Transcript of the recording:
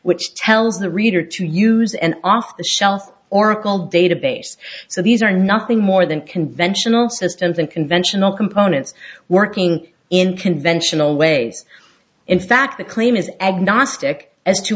which tells the reader to use an off the shelf oracle database so these are nothing more than conventional systems and conventional components working in conventional ways in fact the claim is agnostic as to